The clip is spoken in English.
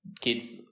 kid's